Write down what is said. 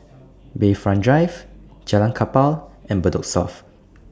Bayfront Drive Jalan Kapal and Bedok South